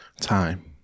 Time